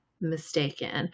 mistaken